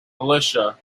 militia